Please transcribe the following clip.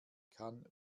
kann